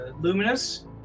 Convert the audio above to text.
Luminous